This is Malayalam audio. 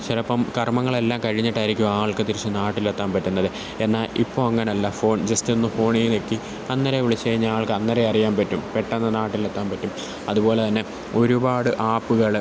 ചിലപ്പോള് കർമ്മങ്ങളെല്ലാം കഴിഞ്ഞിട്ടായിരിക്കും ആൾക്ക് തിരിച്ചു നാട്ടിലെത്താന് പറ്റുന്നത് എന്നാല് ഇപ്പോള് അങ്ങനല്ല ഫോൺ ജസ്റ്റൊന്ന് ഫോണില് ഞെക്കി അന്നേരം വിളിച്ചുകഴിഞ്ഞാല് ആൾക്ക് അന്നേരെ അറിയാന്പാറ്റും പെട്ടെന്ന് നാട്ടിലെത്താന് പറ്റും അതുപോലെതന്നെ ഒരുപാട് ആപ്പുകള്